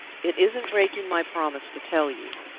it isn't breaking my promise to tell you.